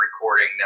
recording